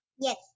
Yes